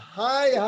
hi